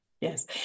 Yes